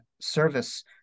service